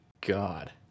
god